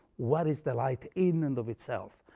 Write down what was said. what is the light in and of itself?